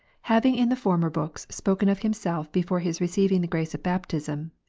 having in the former books spoken of himself before his receiving the grace of baptism,